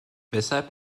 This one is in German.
weshalb